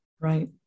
Right